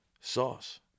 sauce